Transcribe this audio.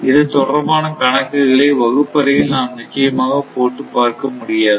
இது தொடர்பான கணக்குகளை வகுப்பறையில் நாம் நிச்சயமாக போட்டு பார்க்க முடியாது